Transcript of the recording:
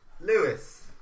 Lewis